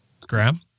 Graham